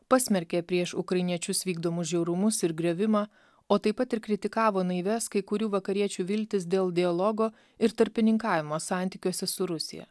pasmerkė prieš ukrainiečius vykdomus žiaurumus ir griovimą o taip pat ir kritikavo naivias kai kurių vakariečių viltis dėl dialogo ir tarpininkavimo santykiuose su rusija